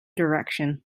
direction